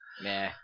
Nah